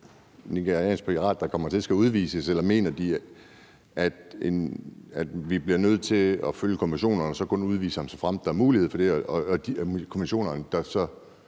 ...